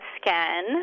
scan